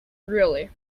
really